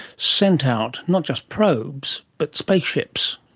sent out not just probes but spaceships,